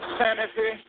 sanity